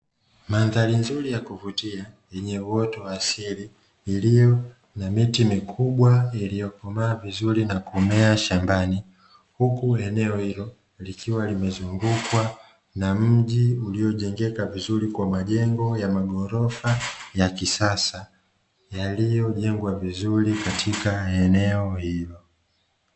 Mandhari nzuri ya kuvutia yenye uoto wa asili, iliyo na miti mikubwa iliyokomaa vizuri na kumea shambani. Huku eneo hilo likiwa limezungukwa na mji uliojengeka vizuri kwa majengo ya maghorofa ya kisasa, yaliyojengwa vizuri katika eneo hilo.